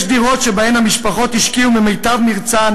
יש דירות שהמשפחות השקיעו בהן את מיטב מרצן